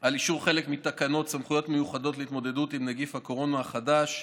על אישור חלק מתקנות סמכויות מיוחדות להתמודדות עם נגיף הקורונה החדש,